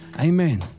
Amen